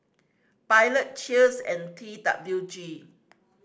Pilot Cheers and T W G